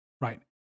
right